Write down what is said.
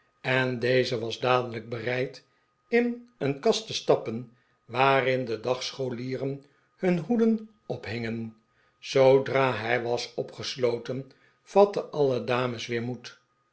en deze was dadelijk bereid in een kast te stappen waarin de dagscholieren hun hoeden ophingen zoodra hij was opgesloten vatten alle dames weer mo ed